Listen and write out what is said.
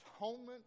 atonement